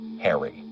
Harry